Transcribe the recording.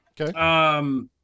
Okay